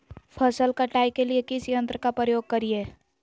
फसल कटाई के लिए किस यंत्र का प्रयोग करिये?